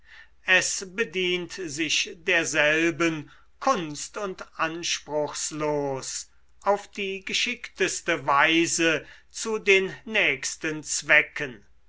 es bedient sich derselben kunst und anspruchslos auf die geschickteste weise zu den nächsten zwecken